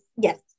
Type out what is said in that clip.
Yes